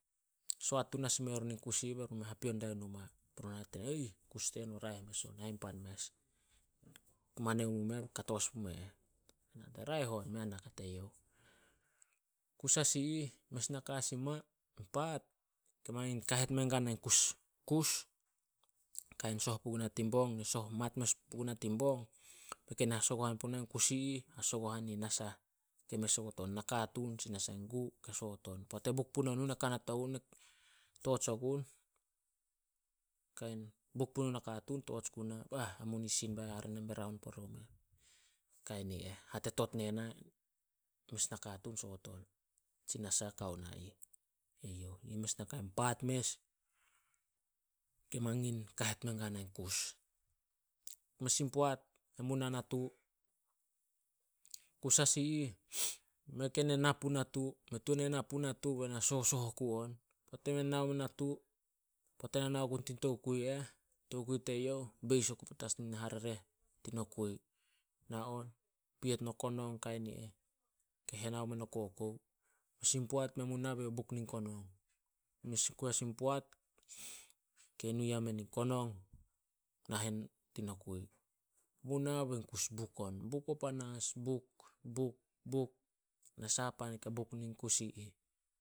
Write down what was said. Soat tun as i merun in kus i ih berun me hapo die youh numa. Berun hate orih, "Aih, kus teno raeh mes on. Hainpan mes, mane o mu meh, kato sin pume eh." Bai na, "Raeh on, mei naka t youh." Mes naka as in paat, ke mangin kahet mengua na in kus, kain soh puguna tin bong, soh mat mes puguna tin bong, mei ken e hasogohan puna, kus i ih hasogohan nin na sah ke me soot on, na katuun tsi na sah in gu ke soot on. Poat e buk puno nuh, ne kanat o gun, torch o gun, kain buk punonuh nakatuun torch guna, "Puah! Hamunisin ba ih hare ne me raon pore meh," kain i eh. Hatetot ne na mes nakatuun soot on, tsi nasah kao na ih. Yi mes naka in poat mes ke mangin kahet mengua na in kus. Mes in poat men mu na natu. Kus as i ih mei ken e na pu natu, mei tuan e na pu natu be na sosoh oku on. Poat e men nao men natu, poat ena nao gun tin tokui eh, tokui te youh beis oku petas nin na harereh tin nokui. Na on piet no konong kain i eh ke nen haome no kokou. Mes in poat men mu na be youh buk nin konong. Mes oku as in poat ke nu yamen in konong nahen tin nokui. Men mu nah bein kus buk on, buk o panas, buk, buk, buk, nasa pan ke buk nin ku i ih